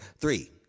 three